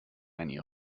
many